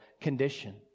condition